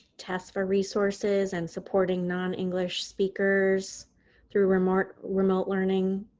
tests for resources and supporting non-english speakers through remote remote learning.